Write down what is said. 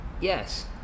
Yes